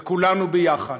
וכולנו יחד.